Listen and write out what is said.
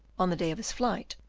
on the day of his flight,